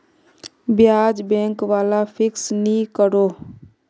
ब्याज़ बैंक वाला फिक्स नि करोह